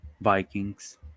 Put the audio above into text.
Vikings